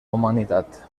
humanitat